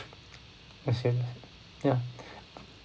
I see ya